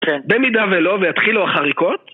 כן. במידה ולא, ויתחילו החריקות?